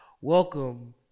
Welcome